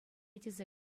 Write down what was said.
тесе